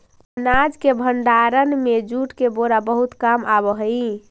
अनाज के भण्डारण में जूट के बोरा बहुत काम आवऽ हइ